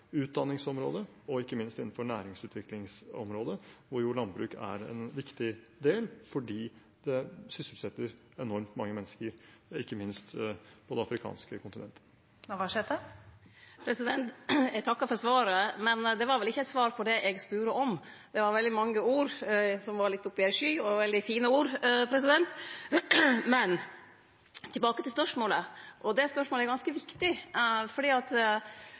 utdanningsområdet og ikke minst næringsutviklingsområdet, hvor jo landbruk er en viktig del, fordi det sysselsetter enormt mange mennesker, ikke minst på det afrikanske kontinentet. Liv Signe Navarsete – til oppfølgingsspørsmål. Eg takkar for svaret, men det var vel ikkje eit svar på det eg spurde om. Det var veldig mange ord, som var litt oppe i ei sky, og veldig fine ord. Men tilbake til spørsmålet, og det spørsmålet er ganske viktig,